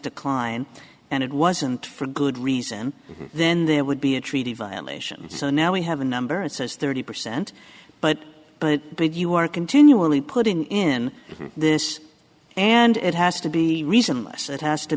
decline and it wasn't for good reason then there would be a treaty violation so now we have a number it says thirty percent but but but you are continually putting in this and it has to be reason that has to